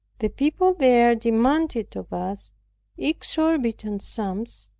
the people there demanded of us exorbitant sums,